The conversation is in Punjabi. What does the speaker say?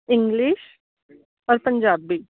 ਇੰਗਲਿਸ਼ ਔਰ ਪੰਜਾਬੀ